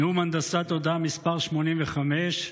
נאום הנדסת הודעה מס' 85,